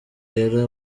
yari